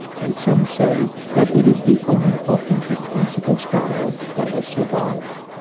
and some say that it is the only authentic classical style that has survived.